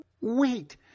Wait